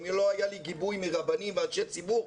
אם לא היה לי גיבוי מרבנים ואנשי ציבור,